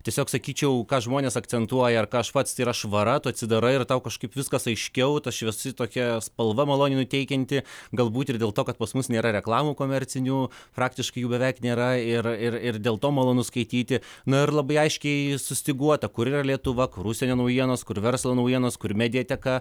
tiesiog sakyčiau ką žmonės akcentuoja ar ką aš pats tai yra švara tu atsidarai ir tau kažkaip viskas aiškiau ta šviesi tokia spalva maloniai nuteikianti galbūt ir dėl to kad pas mus nėra reklamų komercinių praktiškai jų beveik nėra ir ir ir dėl to malonu skaityti na ir labai aiškiai sustyguota kur yra lietuva kur užsienio naujienos kur verslo naujienos kur mediateka